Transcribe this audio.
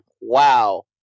wow